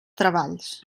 treballs